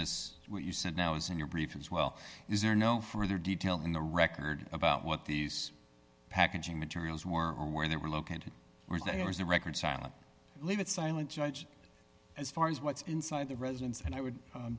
this what you said now is in your briefing as well is there no further detail in the record about what these packaging materials more or where they were located where there is a record sat leave it silent judge as far as what's inside the residence and i would